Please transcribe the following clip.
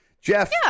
Jeff